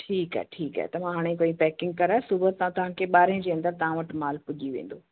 ठीकु आहे ठीकु आहे त मां हाणे खां ई पैंकिग कराए सुबह सां तव्हांखे ॿारहें जे अंदरि तव्हां वटि माल पुॼी वेंदो